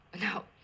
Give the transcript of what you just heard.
No